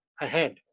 ahead